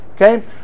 okay